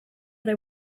they